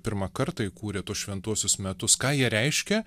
pirmą kartą įkūrė tuos šventuosius metus ką jie reiškia